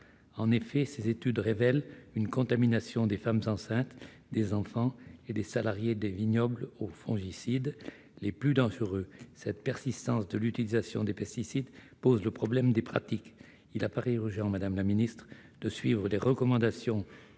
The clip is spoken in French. en bio, ces études révèlent une contamination des femmes enceintes, des enfants, et des salariés des vignobles aux fongicides les plus dangereux. Cette persistance de l'utilisation des pesticides pose le problème des pratiques. Il paraît urgent de suivre les recommandations